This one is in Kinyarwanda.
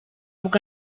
bwo